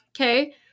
okay